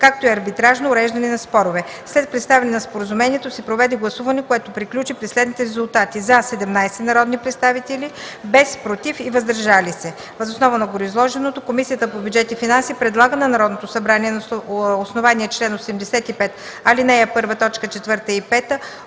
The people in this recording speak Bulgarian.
както и арбитражно уреждане на спорове. След представяне на споразумението се проведе гласуване, което приключи при следните резултати: „за” – 17 народни представители, без „против” и „въздържали се”. Въз основа на гореизложеното, Комисията по бюджет и финанси предлага на Народното събрание на основание чл. 85, ал. 1, т. 4 и 5